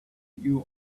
you